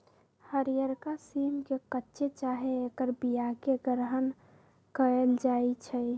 हरियरका सिम के कच्चे चाहे ऐकर बियाके ग्रहण कएल जाइ छइ